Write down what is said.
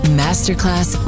masterclass